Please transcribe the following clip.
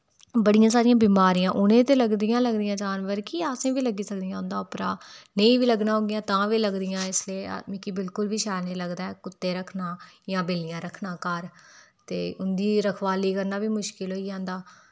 बड़ियां सारियां बमारियां उनेई ते लगदियां लगदियां जानवर गी असेई बी लग्गी सकदियां उंदे उप्परा नेईं बी लगना होगियां तां बी लगदियां इसलेई मिगी बिल्कुल बी शैल नें ई लगदा ऐ कुत्ते रखना जां बिल्लियां रखना घर ते उंदी रखवाली करना बी मुश्किल होई जंदा